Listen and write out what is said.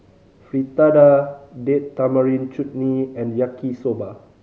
Fritada Date Tamarind Chutney and Yaki Soba